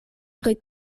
pri